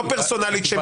לא פרסונלית, שמית?